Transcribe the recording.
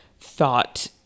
thought